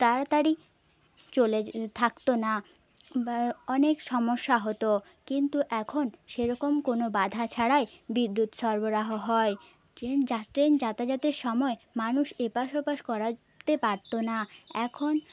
তাড়াতাড়ি চলে থাকত না অনেক সমস্যা হতো কিন্তু এখন সেরকম কোনো বাধা ছাড়াই বিদ্যুৎ সরবরাহ হয় ট্রেন যায়য়াতের সময় মানুষ এপাশ ওপাশ করাতে পারত না এখন